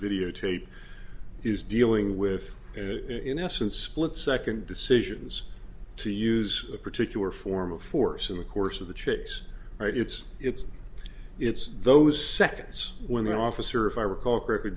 videotape is dealing with and in essence split second decisions to use a particular form of force in the course of the trips or it's it's it's those seconds when the officer if i recall correctly